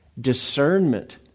discernment